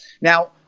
Now